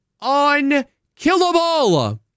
unkillable